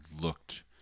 looked